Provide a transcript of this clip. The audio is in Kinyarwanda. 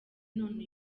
none